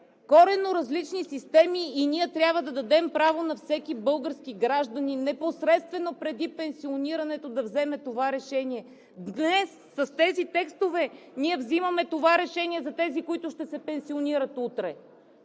Коренно различни системи и ние трябва да дадем право на всеки български гражданин, непосредствено преди пенсионирането, да вземе това решение. Днес с тези текстове ние взимаме това решение за тези, които ще се пенсионират утре,